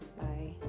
Bye